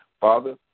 Father